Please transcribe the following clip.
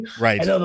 Right